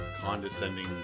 condescending